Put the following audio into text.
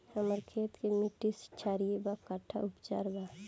हमर खेत के मिट्टी क्षारीय बा कट्ठा उपचार बा?